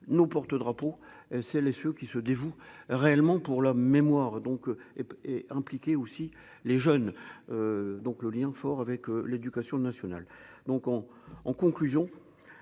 nos porte-drapeau, c'est les sous qui se dévouent réellement pour la mémoire, donc, et est impliquée aussi les jeunes donc le lien fort avec l'éducation nationale, donc on en conclusion,